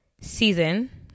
season